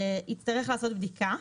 יצטרך לעשות בדיקה,